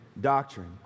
doctrine